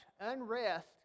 unrest